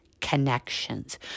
connections